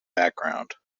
background